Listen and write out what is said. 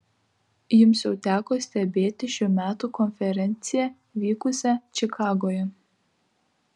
jums jau teko stebėti šių metų konferenciją vykusią čikagoje